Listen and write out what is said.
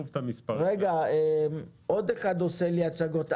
רגע, עוד מישהו עושה לי הצגות.